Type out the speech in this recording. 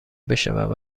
بشود